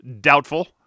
Doubtful